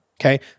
Okay